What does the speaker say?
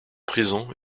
prison